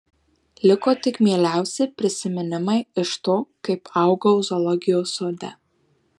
liko tik mieliausi prisiminimai iš to kaip augau zoologijos sode